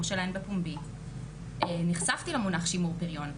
שלהן בפומבי נחשפתי למונח של שימור פריון,